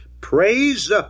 praise